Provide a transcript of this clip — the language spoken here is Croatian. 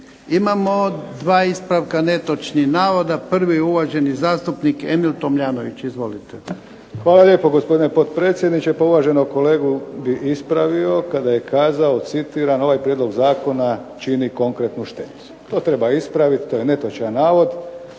Imamo dva ispravka netočnih navoda. Prvi je uvaženi zastupnik Emil Tomljanović. Izvolite. **Tomljanović, Emil (HDZ)** Hvala lijepo gospodine potpredsjedniče. Pa uvaženog kolegu bih ispravio kada je kazao, citiram: "Ovaj prijedlog zakona čini konkretnu štetu." To treba ispraviti. To je netočan navod.